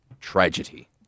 tragedy